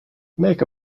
make